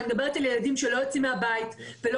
ואני מדברת על ילדים שלא יוצאים מהבית ולא